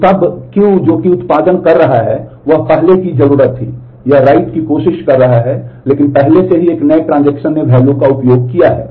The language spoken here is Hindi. तो तब Q जो कि उत्पादन कर रहा है वह पहले की जरूरत थी यह write की कोशिश कर रहा है लेकिन पहले से ही एक नए ट्रांजेक्शन ने value का उपयोग किया है